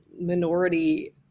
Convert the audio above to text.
minority